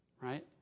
Right